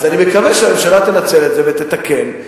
אני מקווה שהממשלה תנצל את זה ותתקן.